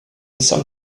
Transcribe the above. some